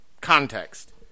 context